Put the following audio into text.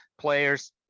players